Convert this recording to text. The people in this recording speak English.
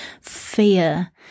fear